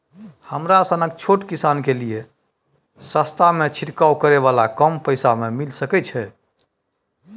हमरा सनक छोट किसान के लिए सस्ता में छिरकाव करै वाला कम पैसा में मिल सकै छै?